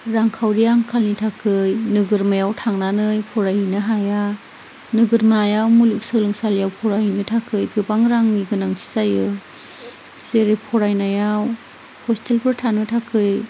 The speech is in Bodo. रांखावरि आंखालनि थाखाय नोगोरमायाव थांनानै फरायहैनो हाया नोगोरमायाव मुलुगसोलोंसालियाव फरायनो थाखाय गोबां रांनि गोनांथि जायो जेरै फरायनायाव हस्टेलफोर थानो थाखाय